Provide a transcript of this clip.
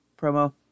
promo